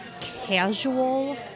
casual